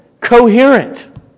coherent